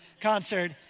concert